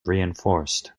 reinforced